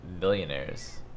millionaires